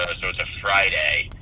ah so it's a friday.